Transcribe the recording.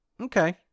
Okay